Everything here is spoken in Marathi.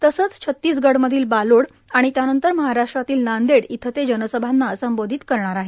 तसंच छत्तीसगड मधील बालोड आणि त्यानंतर महाराष्ट्रातील नांदेड इथं ते जनसभांना संबोधित करणार आहेत